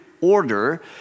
order